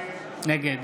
נגד